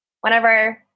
whenever